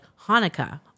Hanukkah